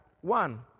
one